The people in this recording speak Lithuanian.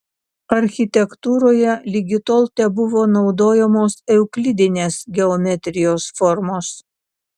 architektūroje ligi tol tebuvo naudojamos euklidinės geometrijos formos